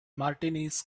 martinis